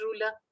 ruler